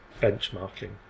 benchmarking